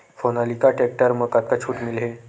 Sonalika tractor म कतका छूट मिलही?